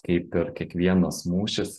kaip ir kiekvienas mūšis